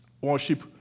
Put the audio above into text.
Worship